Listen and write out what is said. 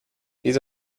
these